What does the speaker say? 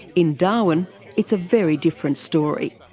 in darwin it's a very different story.